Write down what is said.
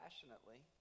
passionately